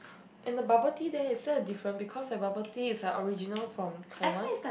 and the bubble tea there is very different because the bubble tea is like original from Taiwan